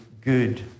good